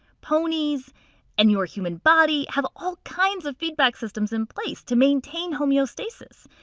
ponies and your human body have all kinds of feedback systems in place to maintain homoeostasis,